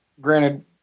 Granted